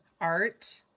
art